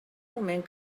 moment